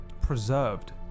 preserved